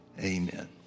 amen